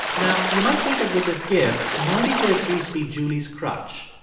now, you might think that with this gift, marty could at least be julie's crutch,